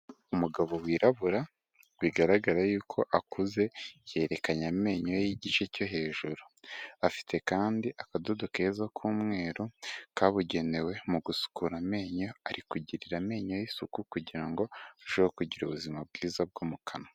Umugabo wirabura bigaragara yuko akuze, yerekanye amenyo y'igice cyo hejuru. Afite kandi akadodo keza k'umweru, kabugenewe mu gusukura amenyo, ari kugirira amenyo ye isuku kugira ngo arusheho kugira ubuzima bwiza bwo mu kanwa.